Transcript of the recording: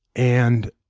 and